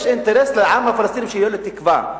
יש אינטרס לעם הפלסטיני שתהיה לו תקווה,